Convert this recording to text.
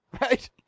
Right